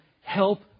help